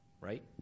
right